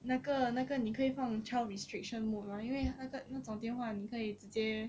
那个那个你可以放 child restriction mode mah 为那个那种电话你可以直接